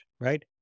right